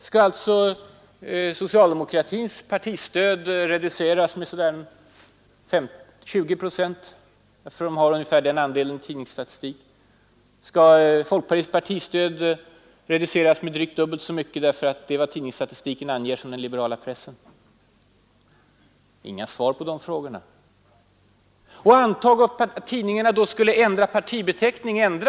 Skall alltså socialdemokraternas partistöd reduceras med omkring 20 procent, eftersom socialdemokraterna har ungefär den andelen av pressen enligt tidningsstatistiken? Skall folkpartiets partistöd reduceras med drygt dubbelt så mycket därför att det är vad tidningsstatistiken anger som den liberala pressens andel? Jag har som sagt aldrig fått något svar på de frågorna. Antag t.ex. att tidningarna skulle ändra partibeteckning.